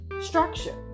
structure